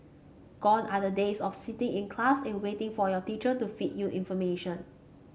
gone are the days of sitting in class and waiting for your teacher to feed you information